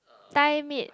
Thai made